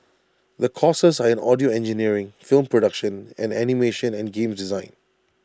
the courses are in audio engineering film production and animation and games design